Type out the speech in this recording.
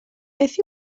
beth